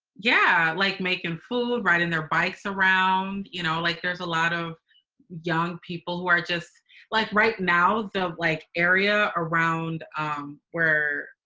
yeah, like making food, riding their bikes around, you know, like there's a lot of young people who are just like right now, the like, area around where